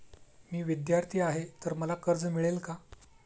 मी विद्यार्थी आहे तर मला कर्ज मिळेल का?